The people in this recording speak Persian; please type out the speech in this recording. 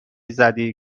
زدی